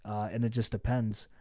and it just depends,